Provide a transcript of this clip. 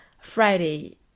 Friday